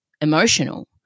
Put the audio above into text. emotional